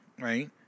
right